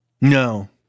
No